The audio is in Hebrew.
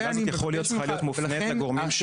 לכן,